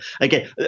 again